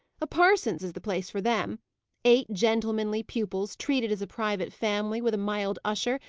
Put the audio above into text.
a parson's is the place for them eight gentlemanly pupils, treated as a private family, with a mild usher,